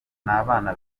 nabana